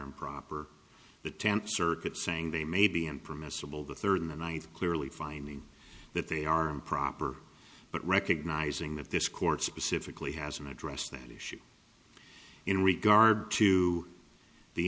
improper the tenth circuit saying they may be and permissible the third in the ninth clearly finding that they are improper but recognizing that this court specifically hasn't addressed that issue in regard to the